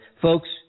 Folks